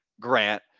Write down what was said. grant